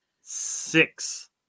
Six